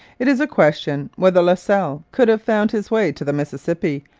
it is a question whether la salle could have found his way to the mississippi,